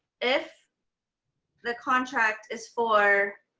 if the contract is for,